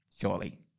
Surely